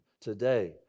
today